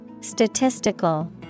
Statistical